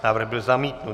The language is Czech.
Návrh byl zamítnut.